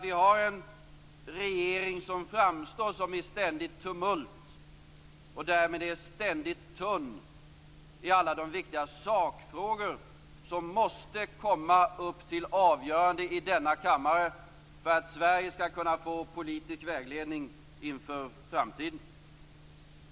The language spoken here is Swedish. Vi har en regering som framstår som i ett ständigt tumult och därmed är ständigt tunn i alla de viktiga sakfrågor som måste komma upp till avgörande i denna kammare för att Sverige skall kunna få politisk vägledning inför framtiden.